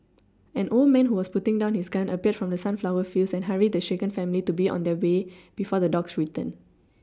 an old man who was putting down his gun appeared from the sunflower fields and hurried the shaken family to be on their way before the dogs return